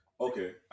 Okay